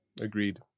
agreed